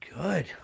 good